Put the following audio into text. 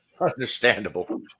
Understandable